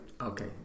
Okay